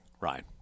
Ryan